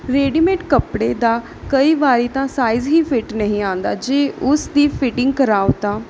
readymade ਕੱਪੜੇ ਦਾ ਕਈ ਵਾਰੀ ਤਾਂ ਸਾਈਜ਼ ਹੀ ਫਿੱਟ ਨਹੀਂ ਆਉਂਦਾ ਜੇ ਉਸਦੀ ਫੀਟਿੰਗ ਕਰਾਓ ਤਾਂ